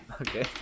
okay